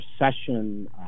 recession